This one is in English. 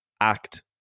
act